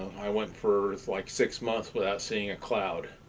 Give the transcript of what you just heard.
i went for, like, six months without seeing a cloud.